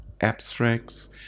abstracts